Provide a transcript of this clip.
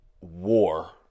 war